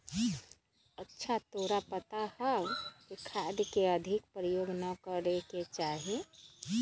अच्छा तोरा पता हाउ खाद के अधिक प्रयोग ना करे के चाहि?